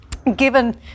Given